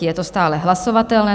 Je to stále hlasovatelné.